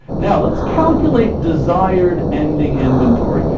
now let's calculate desired ending inventory.